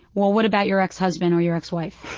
well, what about your ex-husband or your ex-wife?